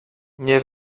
nie